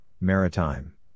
Maritime